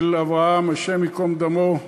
של אברהם, השם ייקום דמו,